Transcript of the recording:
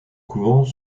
couvent